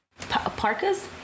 parkas